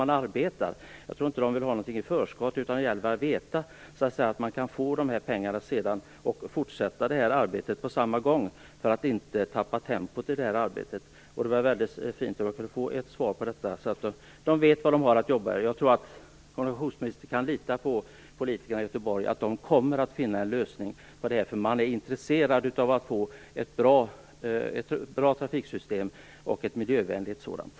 Jag tror inte att man vill ha något i förskott, utan man vill veta att man kan få dessa pengar sedan för att fortsätta arbetet och inte tappa tempot i arbetet. Det vore bra att få svar på detta. Jag tror att kommunikationsministern kan lita på att politikerna i Göteborg kommer att finna en lösning på detta, eftersom de är intresserade av att få ett bra och miljövänligt trafiksystem.